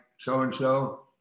so-and-so